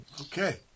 Okay